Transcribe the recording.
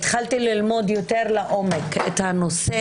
התחלתי אז ללמוד יותר לעומק את הנושא,